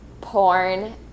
porn